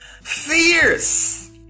fierce